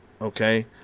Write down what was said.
okay